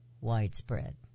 widespread